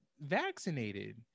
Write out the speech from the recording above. vaccinated